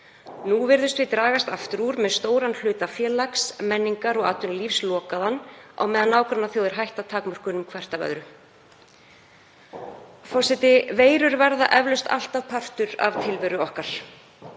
Nú virðumst við dragast aftur úr með stóran hluta félags-, menningar- og atvinnulífs lokaðan á meðan nágrannaþjóðir hætta takmörkunum hver af annarri. Forseti. Veirur verða eflaust alltaf partur af tilveru okkar.